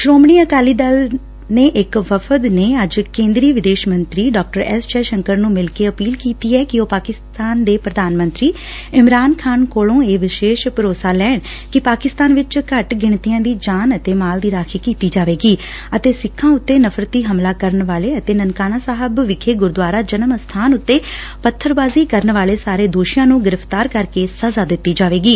ਸ਼ੋਮਣੀ ਅਕਾਲੀ ਦਲ ਨੇ ਇਕ ਵਫ਼ਦ ਨੇ ਅੱਜ ਕੇਂਦਰੀ ਵਿਦੇਸ਼ ਮੰਤਰੀ ਡਾਕਟਰ ਐਸ ਜਯਸ਼ੰਕਰ ਨੂੰ ਮਿਲ ਕੇ ਅਪੀਲ ਕੀਤੀ ਐ ਕਿ ਉਹ ਪਾਕਿਸਤਾਨੀ ਪ੍ਰਧਾਨ ਮੰਤਰੀ ਇਮਰਾਨ ਕੋਲੋਂ ਇਹ ਵਿਸ਼ੇਸ਼ ਭਰੋਸਾਂ ਲੈਣ ਕਿ ਪਾਕਿਸਤਾਨ ਵਿਚ ਘੱਟ ਗਿਣਤੀਆਂ ਦੀ ਜਾਨ ਅਤੇ ਮਾਲ ਦੀ ਰਾਖੀ ਕੀਤੀ ਜਾਵੇਗੀ ਅਤੇ ਸਿੱਖਾਂ ਉਂਤੇ ਨਫਰਤੀ ਹਮਲਾ ਕਰਨ ਅਤੇ ਨਨਕਾਣਾ ਸਾਹਿਬ ਵਿਖੇ ਗੁਰਦੁਆਰਾ ਜਨਮ ਅਸਬਾਨ ਉਂਤੇ ਪੱਬਰਬਾਜ਼ੀ ਕਰਨ ਵਾਲੇ ਸਾਰੇ ਦੋਸ਼ੀਆਂ ਨੂੰ ਗਿਰਫ਼ਤਾਰ ਕਰਕੇ ਸਜ਼ਾ ਦਿੱਤੀ ਜਾਵੇਗੀ